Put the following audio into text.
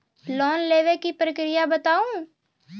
Loan लेवे के प्रक्रिया बताहू?